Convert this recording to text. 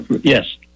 Yes